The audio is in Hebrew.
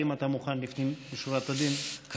האם אתה מוכן לפנים משורת הדין לשאלה של ראש האופוזיציה?